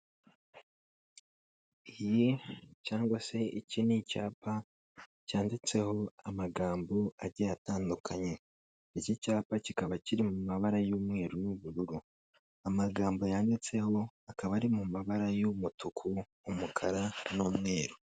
Iyi cyangwa se iki n'icyapa cyanditseho amagambo agiye atandukanye iki cyapa kikaba kiri mu mabara y'umweru n'ubururu, amagambo yanditseho akaba ari mu mabara y'umutuku, umukara n'umweru.